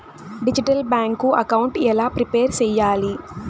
Digital bank account ఎలా prepare సెయ్యాలి?